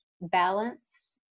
balance